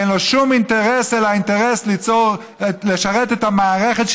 אין לו שום אינטרס אלא אינטרס לשרת את המערכת,